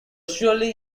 surely